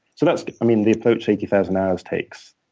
so that's the approach eighty thousand hours takes.